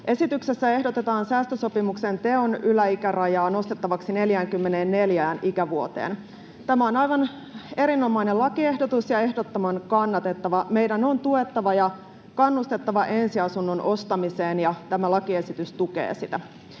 Esityksessä ehdotetaan säästösopimuksen teon yläikärajaa nostettavaksi 44 ikävuoteen. Tämä on aivan erinomainen lakiehdotus ja ehdottoman kannatettava. Meidän on tuettava ja kannustettava ensiasunnon ostamiseen, ja tämä lakiesitys tukee sitä.